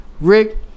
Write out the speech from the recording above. Rick